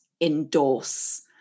endorse